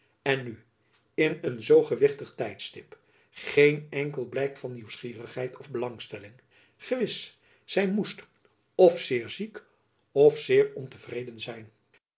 en nu in een zoo gewichtig tijdstip geen enkel blijk van nieuwsgierigheid of belangstelling gewis zy moest f zeer ziek f zeer ontevreden zijn